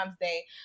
Day